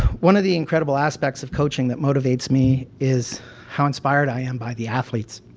one of the incredible aspects of coaching that motivates me is how inspired i am by the athletes,